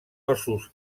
ossos